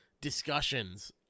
discussions